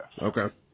Okay